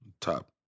Top